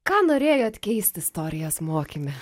ką norėjot keist istorijos mokyme